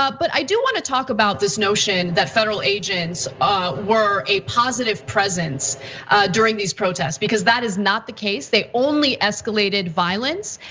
ah but i do wanna talk about this notion that federal agents ah were a positive presence during these protests. because that is not the case they only escalated violence.